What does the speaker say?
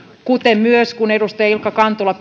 kuten myös kun edustaja ilkka kantola